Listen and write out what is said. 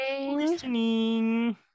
listening